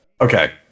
okay